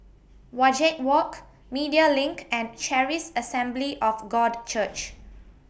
Wajek Walk Media LINK and Charis Assembly of God Church